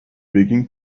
begin